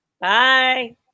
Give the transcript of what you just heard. Bye